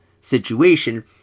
situation